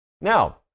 Now